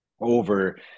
over